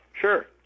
Sure